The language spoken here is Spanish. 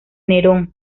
nerón